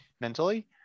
mentally